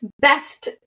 best